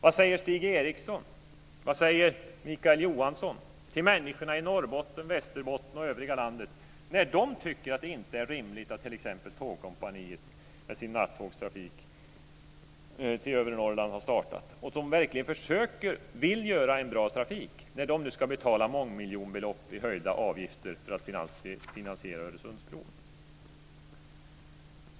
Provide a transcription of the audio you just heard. Vad säger Stig Eriksson och Mikael Johansson till människorna i Norrbotten, Västerbotten och övriga landet när de tycker att det inte är rimligt att t.ex. Tågkompaniet, som har startat nattågstrafik till övre Norrland och verkligen försöker och vill driva en bra trafik, nu ska betala mångmiljonbelopp i höjda avgifter för att finansiera Öresundsbron?